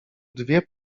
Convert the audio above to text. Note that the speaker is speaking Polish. dwie